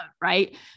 right